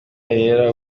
yera